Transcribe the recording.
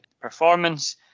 performance